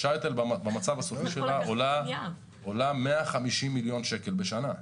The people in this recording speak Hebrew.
שאט"ל במצב הסופי שלו עולה 150 מיליון שקל בשנה.